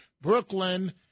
Brooklyn